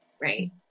right